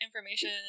information